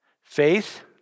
Faith